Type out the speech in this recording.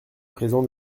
présent